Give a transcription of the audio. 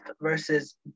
versus